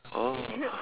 oh